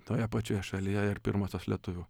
toje pačioje šalyje ir pirmosios lietuvių